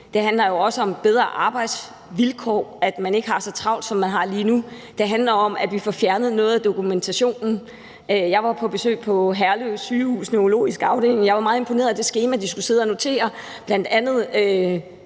Det handler også om bedre arbejdsvilkår og om, at man ikke har så travlt, som man har lige nu. Det handler om, at vi får fjernet noget af dokumentationen. Jeg var på besøg på Herlev Sygehus, neurologisk afdeling, og jeg var meget imponeret af det skema, de skulle sidde og udfylde, bl.a.